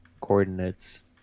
coordinates